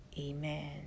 amen